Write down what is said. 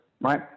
right